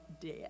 death